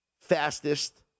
fastest